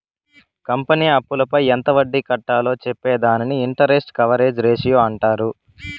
company అప్పులపై ఎంత వడ్డీ కట్టాలో చెప్పే దానిని ఇంటరెస్ట్ కవరేజ్ రేషియో అంటారు